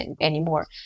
anymore